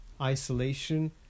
isolation